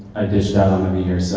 ah ditched out on to be here